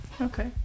Okay